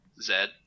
Zed